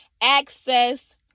Access